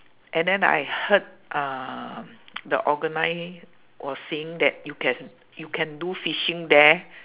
and then I heard um the organise was saying that you can you can do fishing there